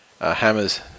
Hammers